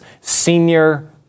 Senior